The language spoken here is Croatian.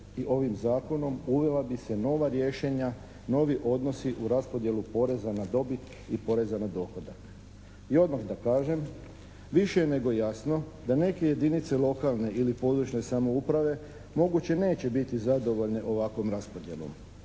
i ovim zakonom uvela bi se nova rješenja, novi odnosi u raspodjelu poreza na dobit i poreza na dohodak. I odmah da kažem, više je nego jasno da neke jedinice lokalne ili područne samouprave moguće neće biti zadovoljne ovakvom raspodjelom